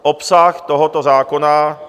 Obsah tohoto zákona...